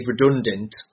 redundant